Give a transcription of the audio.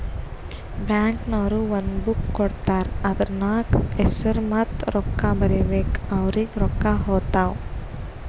bank ನವ್ರು ಒಂದ್ book ಕೊಡ್ತಾರ್ ಅದೂರ್ನಗ್ ಹೆಸುರ ಮತ್ತ ರೊಕ್ಕಾ ಬರೀಬೇಕು ಅವ್ರಿಗೆ ರೊಕ್ಕಾ ಹೊತ್ತಾವ್